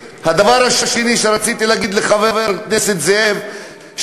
שרציתי להגיד לחבר הכנסת זאב,